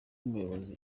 umuyobozi